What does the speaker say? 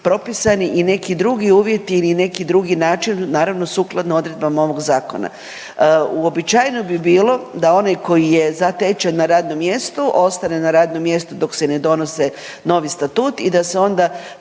propisani i neki drugi uvjeti ili neki drugi način naravno sukladno odredbama ovog zakona. Uobičajeno bi bilo da onaj koji je zatečen na radnom mjestu ostane na radnom mjestu dok se ne donose novi statut i da se onda